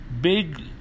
big